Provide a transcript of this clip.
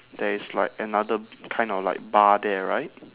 there is like another kind of like bar there right